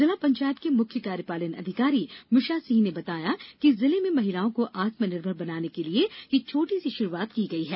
जिला पंचायत के मुख्य कार्यपालन अधिकारी मिशा सिंह ने बताया कि जिले में महिलाओं को आत्मनिर्भर बनाने के लिए यह छोटी सी शुरूआत की गई है